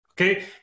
Okay